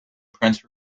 prince